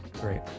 Great